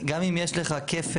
גם אם יש לך כפל,